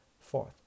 fourth